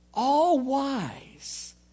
all-wise